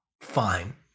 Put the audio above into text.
fine